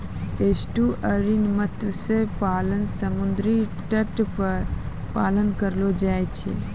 estuarine मत्स्य पालन समुद्री तट पर पालन करलो जाय छै